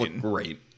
great